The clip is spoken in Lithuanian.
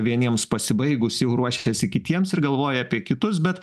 vieniems pasibaigus jau ruošiasi kitiems ir galvoja apie kitus bet